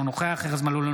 אינו נוכח ארז מלול,